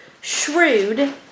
shrewd